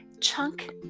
chunk